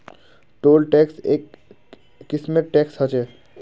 toll tax एक किस्मेर tax ह छः